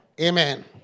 Amen